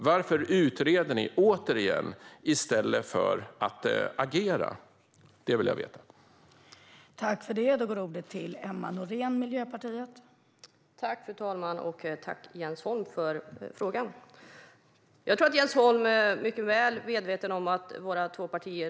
Varför utreder ni återigen i stället för att agera? Det vill jag veta.